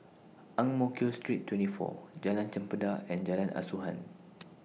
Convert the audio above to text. Ang Mo Kio Street twenty four Jalan Chempedak and Jalan Asuhan